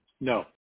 No